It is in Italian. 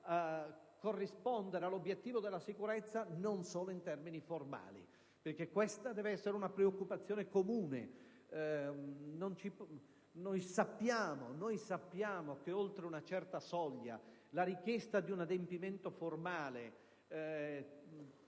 corrispondere all'obiettivo della sicurezza non solo in termini formali. Questa, infatti, deve essere una preoccupazione comune. Sappiamo che, oltre una certa soglia, di fronte alla richiesta di un adempimento formale,